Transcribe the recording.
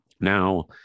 Now